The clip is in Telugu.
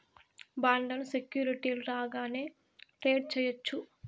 బాండ్లను సెక్యూరిటీలు లాగానే ట్రేడ్ చేయవచ్చు